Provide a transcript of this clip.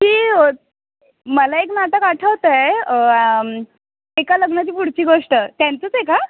ते मला एक नाटक आठवत आहे एका लग्नाची पुढची गोष्ट त्यांचंच आहे का